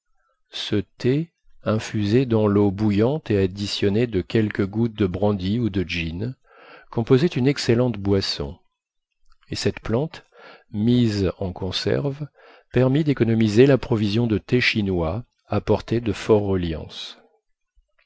ce thé infusé dans l'eau bouillante et additionné de quelques gouttes de brandy ou de gin composait une excellente boisson et cette plante mise en conserve permit d'économiser la provision de thé chinois apporté du